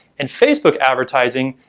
and facebook advertising,